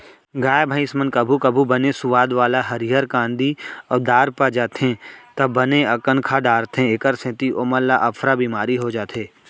गाय भईंस मन कभू कभू बने सुवाद वाला हरियर कांदी अउ दार पा जाथें त बने अकन खा डारथें एकर सेती ओमन ल अफरा बिमारी हो जाथे